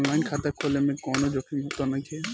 आन line खाता खोले में कौनो जोखिम त नइखे?